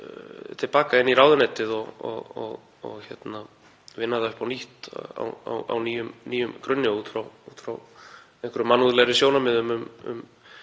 til baka inn í ráðuneytið og vinna það upp á nýtt, á nýjum grunni út frá einhverjum mannúðlegri sjónarmiðum um